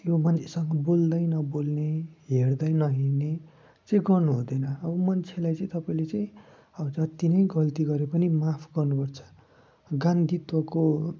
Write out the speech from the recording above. त्यो मान्छेसँग बोल्दै नबोल्ने हेर्दै नहेर्ने चाहिँ गर्नु हुँदैन अब मान्छेलाई चाहिँ तपाईँले चाहिँ अब जति नै गल्ती गरे पनि माफ गर्नु पर्छ गान्धीत्वको